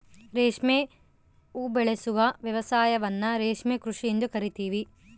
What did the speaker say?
ರೇಷ್ಮೆ ಉಬೆಳೆಸುವ ವ್ಯವಸಾಯವನ್ನ ರೇಷ್ಮೆ ಕೃಷಿ ಎಂದು ಕರಿತೀವಿ